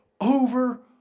over